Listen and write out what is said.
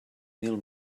mil